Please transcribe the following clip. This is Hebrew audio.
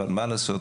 אבל מה לעשות?